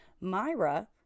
myra